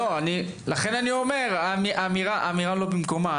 לכן אני אומר, האמירה לא במקומה.